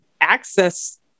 access